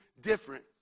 different